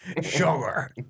Sugar